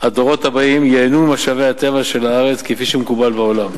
הדורות הבאים ייהנו ממשאבי הטבע של הארץ כפי שמקובל בעולם.